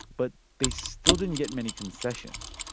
but they still didn't get many concessions,